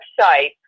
website